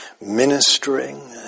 ministering